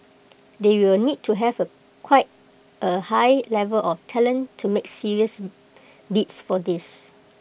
they will need to have quite A high level of talent to make serious bids for these